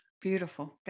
Beautiful